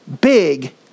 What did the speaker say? big